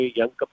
young